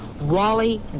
Wally